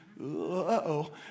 Uh-oh